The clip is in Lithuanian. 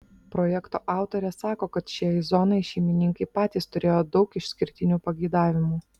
projekto autorė sako kad šiai zonai šeimininkai patys turėjo daug išskirtinių pageidavimų